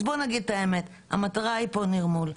אז האמת היא שהמטרה היא נרמול.